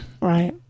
right